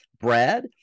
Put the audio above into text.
brad